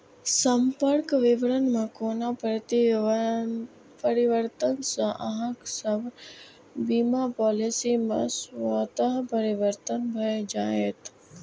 संपर्क विवरण मे कोनो परिवर्तन सं अहांक सभ बीमा पॉलिसी मे स्वतः परिवर्तन भए जाएत